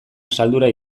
asaldura